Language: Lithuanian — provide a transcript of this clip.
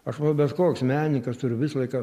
aš manau bet koks menininkas turi visą laiką